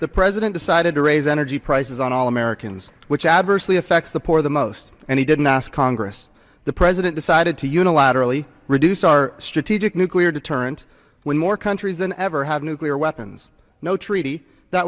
the president decided to raise energy prices on all americans which adversely affects the poor the most and he didn't ask congress the president decided to unilaterally reduce our strategic nuclear deterrent when more countries than ever had nuclear weapons no treaty that